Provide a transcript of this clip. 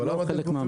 אנחנו לא חלק מהמשרד.